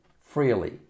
freely